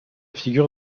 figure